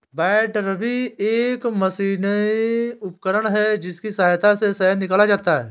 बैटरबी एक मशीनी उपकरण है जिसकी सहायता से शहद निकाला जाता है